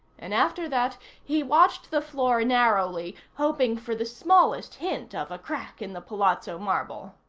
and after that he watched the floor narrowly, hoping for the smallest hint of a crack in the palazzo marble.